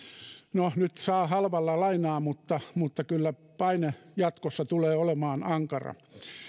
no nyt saa halvalla lainaa mutta mutta kyllä paine jatkossa tulee olemaan ankara